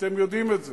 ואתם יודעים את זה.